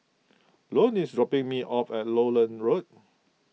Ione is dropping me off at Lowland Road